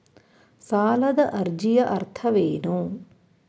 ಸಾಲದ ಅರ್ಜಿಯ ಅರ್ಥವೇನು?